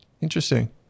Interesting